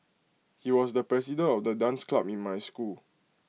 he was the president of the dance club in my school